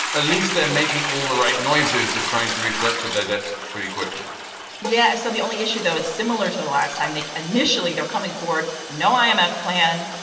ah least, they're making all the right noises of trying to restructure their debts pretty quickly yeah. so the only issue, though, is similar to the last time they initially they're coming forward. no um imf plan.